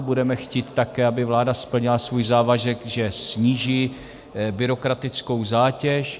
Budeme chtít také, aby vláda splnila svůj závazek, že sníží byrokratickou zátěž.